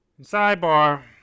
Sidebar